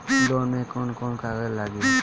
Loan में कौन कौन कागज लागी?